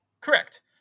Correct